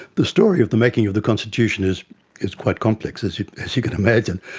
the story of the making of the constitution is is quite complex, as you as you could imagine.